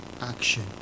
action